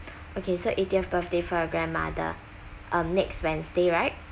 okay so eightieth birthday for your grandmother uh next wednesday right